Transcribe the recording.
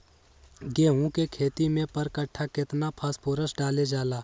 गेंहू के खेती में पर कट्ठा केतना फास्फोरस डाले जाला?